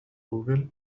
جوجل